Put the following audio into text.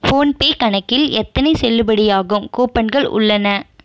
PhonePe கணக்கில் எத்தனை செல்லுபடியாகும் கூப்பன்கள் உள்ளன